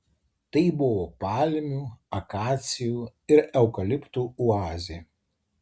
tai buvo palmių akacijų ir eukaliptų oazė